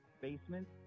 basement